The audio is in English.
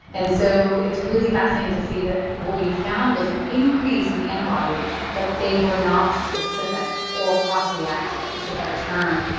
and so it's really fascinating to see that what we found was an increase in antibodies but they were not specific, or cross-reactive is a better term,